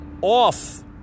off